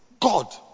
God